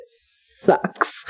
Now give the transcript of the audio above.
sucks